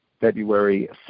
February